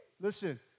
Listen